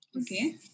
Okay